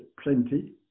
plenty